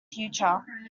future